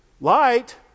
light